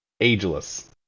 ageless